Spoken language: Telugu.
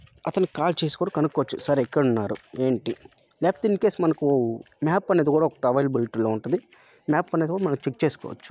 అతను కాల్ చేసి కూడా కనుక్కోవచ్చు సర్ ఎక్కడ ఉన్నారు ఏంటి లేకపోతే ఇన్కేస్ మనకు మ్యాప్ అనేది కూడా ఒకటి అవేలబులిటీలో ఉంటుంది మ్యాప్ అనేది కూడా మనకు చెక్ చేసుకోవచ్చు